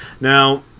Now